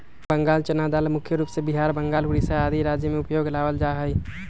बंगाल चना दाल मुख्य रूप से बिहार, बंगाल, उड़ीसा आदि राज्य में उपयोग में लावल जा हई